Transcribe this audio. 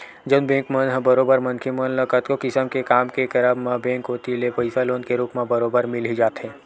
जउन बेंक मन ह बरोबर मनखे मन ल कतको किसम के काम के करब म बेंक कोती ले पइसा लोन के रुप म बरोबर मिल ही जाथे